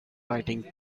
writing